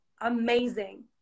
amazing